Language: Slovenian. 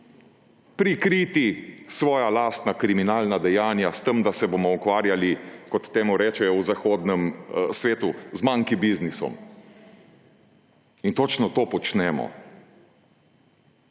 prikriti svoja lastna kriminalna dejanja s tem, da se bomo ukvarjali z, kot temu rečejo v zahodnem svetu, monkey biznisom. In točno to počnemo.